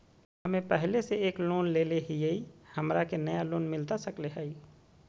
हमे पहले से एक लोन लेले हियई, हमरा के नया लोन मिलता सकले हई?